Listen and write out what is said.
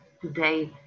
today